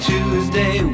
Tuesday